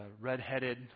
red-headed